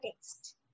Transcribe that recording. text